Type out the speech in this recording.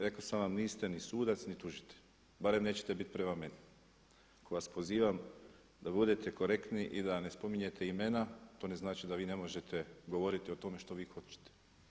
Rekao sam vam niste ni sudac ni tužitelj, barem nećete biti prema meni koga vas pozivam da budete korektni i da ne spominjete imena to ne znači da ne možete govoriti o tome što vi hoćete.